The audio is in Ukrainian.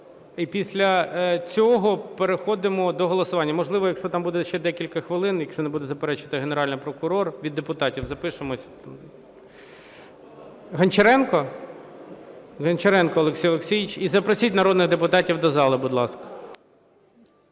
І після цього переходимо до голосування. Можливо, якщо там буде ще декілька хвилин, якщо не буде заперечувати Генеральний прокурор, від депутатів запишемося. Гончаренко? Гончаренко Олексій Олексійович. І запросіть народних депутатів до зали, будь ласка.